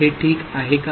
हे ठीक आहे का